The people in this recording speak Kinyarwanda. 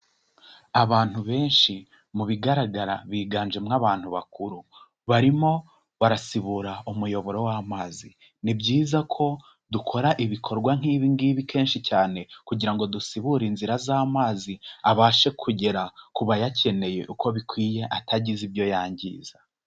Abantu benshi mu bigaragara biganjemo abantu bakuru, barimo barasibura umuyoboro w'amazi, ni byiza ko dukora ibikorwa nk'ibi ngibi kenshi cyane, kugira ngo dusibure inzira z'amazi abashe kugera ku bayakeneye uko bikwiye atagize ibyo yangiza.